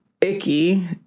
icky